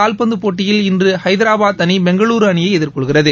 கால்பந்து போட்டியில் இன்று ஹைதராபாத் அணி பெங்களூர் அணியை எதிர்கொள்கிறது